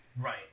right